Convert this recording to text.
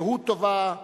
שהות טובה.